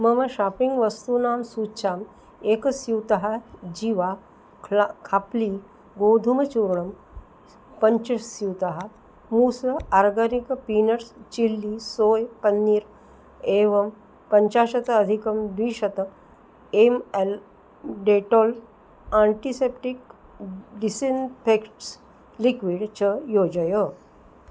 मम शापिङ्ग् वस्तूनां सूच्याम् एकस्यूतः जीवा ख्ला खाप्लिङ्ग् गोधुमचूर्णं पञ्चस्यूतः मूस organic peanuts chilli soy paneer एवं पञ्चाशत अधिकं द्विशत M L Dettol antiseptic disinfects liquid च योजय